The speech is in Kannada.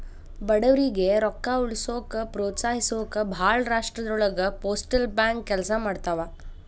ಬಡವರಿಗಿ ರೊಕ್ಕ ಉಳಿಸೋಕ ಪ್ರೋತ್ಸಹಿಸೊಕ ಭಾಳ್ ರಾಷ್ಟ್ರದೊಳಗ ಪೋಸ್ಟಲ್ ಬ್ಯಾಂಕ್ ಕೆಲ್ಸ ಮಾಡ್ತವಾ